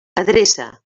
adreça